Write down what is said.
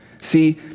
See